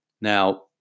Now